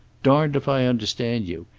darned if i understand you.